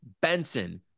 Benson